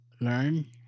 learn